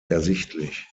ersichtlich